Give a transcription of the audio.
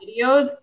videos